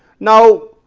now,